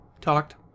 talked